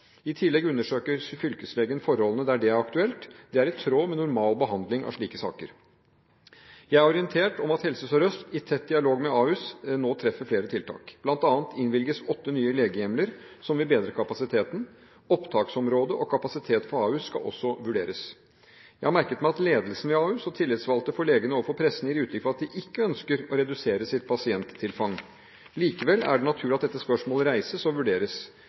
I tillegg undersøker Fylkeslegen forholdene der det er aktuelt. Det er i tråd med normal behandling av slike saker. Jeg er orientert om at Helse Sør-Øst, i tett dialog med Ahus, nå treffer flere tiltak. Blant annet innvilges åtte nye legehjemler, noe som vil bedre kapasiteten. Opptaksområde og kapasitet for Ahus skal også vurderes. Jeg har merket meg at ledelsen ved Ahus og tillitsvalgte for legene overfor pressen gir uttrykk for at de ikke ønsker å redusere sitt pasienttilfang. Likevel er det naturlig at dette spørsmålet reises og vurderes.